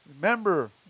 Remember